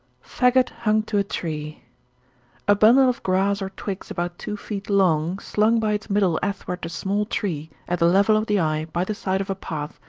faggot hung to a tree a bundle of grass or twigs about two feet long, slung by its middle athwart a small tree, at the level of the eye, by the side of a path,